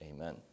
amen